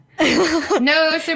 No